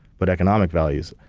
but economic values.